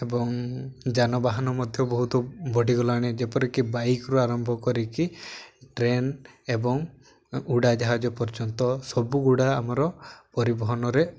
ଏବଂ ଯାନବାହାନ ମଧ୍ୟ ବହୁତ ବଢ଼ିଗଲାଣି ଯେପରିକି ବାଇକ୍ରୁ ଆରମ୍ଭ କରିକି ଟ୍ରେନ ଏବଂ ଉଡ଼ାଜାହାଜ ପର୍ଯ୍ୟନ୍ତ ସବୁଗୁଡ଼ା ଆମର ପରିବହନରେ